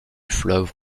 fleuve